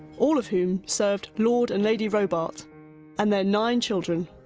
all of whom served lord and lady robartes and their nine children,